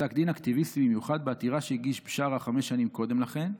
פסק דין אקטיביסטי במיוחד בעתירה שהגיש בשארה חמש שנים קודם לכן.